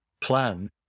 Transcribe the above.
Plan